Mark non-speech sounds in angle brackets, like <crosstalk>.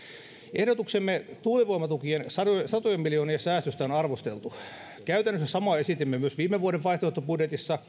ehdotustamme tuulivoimatukien satojen miljoonien säästöstä on arvosteltu käytännössä samaa esitimme myös viime vuoden vaihtoehtobudjetissa <unintelligible>